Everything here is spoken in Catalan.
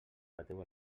bateu